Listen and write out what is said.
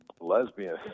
lesbian